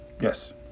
yes